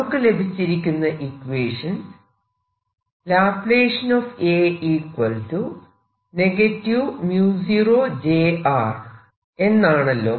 നമുക്ക് ലഭിച്ചിരിക്കുന്ന ഇക്വേഷൻ എന്നാണല്ലോ